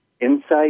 insight